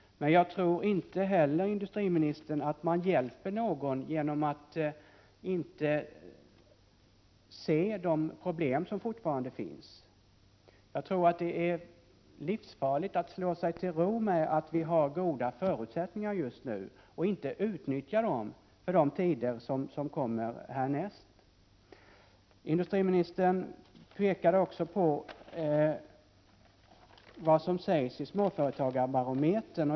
Men jag tror inte heller, industriministern, att man hjälper någon genom att inte se de problem som fortfarande finns. Jag tror att det är livsfarligt att slå sig till ro med att vi har goda förutsättningar just nu, och inte utnyttja dem för de tider som kommer härnäst. Industriministern pekar också på vad som sägs i småföretagsbarometern.